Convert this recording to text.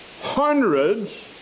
hundreds